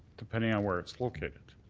depending on where it's located.